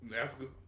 Africa